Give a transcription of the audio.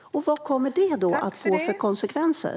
Vad kommer det att få för konsekvenser?